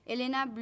Elena